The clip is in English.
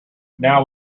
now